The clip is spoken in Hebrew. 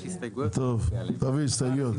יש הסתייגויות ונצביע עליהם,